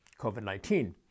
COVID-19